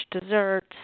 desserts